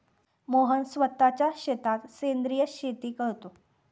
मोहन स्वतःच्या शेतात सेंद्रिय शेती करतो